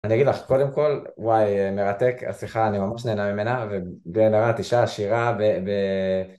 אני אגיד לך קודם כל, וואי מרתק השיחה, אני ממש נהנה ממנה ונראה את אישה עשירה